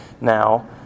now